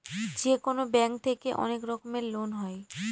যেকোনো ব্যাঙ্ক থেকে অনেক রকমের লোন হয়